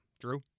Drew